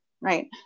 right